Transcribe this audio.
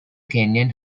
kenyan